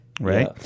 right